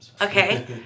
Okay